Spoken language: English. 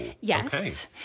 yes